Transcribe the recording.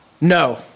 No